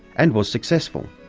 and was successful.